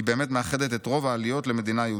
היא באמת מאחדת את רוב העליות למדינה יהודית.